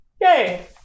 Yay